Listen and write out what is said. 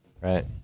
Right